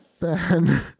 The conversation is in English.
Ben